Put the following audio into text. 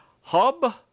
Hub